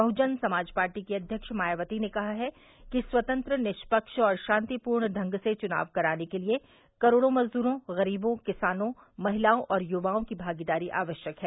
बहुजन Samaj party की अध्यक्ष मायावती ने कहा है कि स्वतंत्र निष्पक्ष और शान्तिपूर्ण ढंग से चुनाव कराने के लिए करोड़ो मजदूरों गरीबों किसानों महिलाओं और युवाओं की भागीदारी आवश्यक है